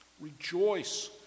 Rejoice